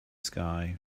sky